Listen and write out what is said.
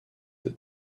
that